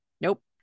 nope